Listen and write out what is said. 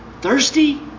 thirsty